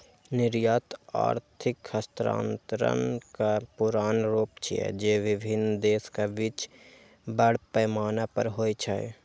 निर्यात आर्थिक हस्तांतरणक पुरान रूप छियै, जे विभिन्न देशक बीच बड़ पैमाना पर होइ छै